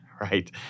right